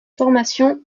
formation